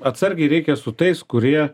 atsargiai reikia su tais kurie